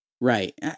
Right